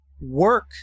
work